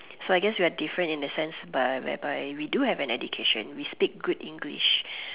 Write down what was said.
so I guess we are different in that sense but whereby we do have education we speak good English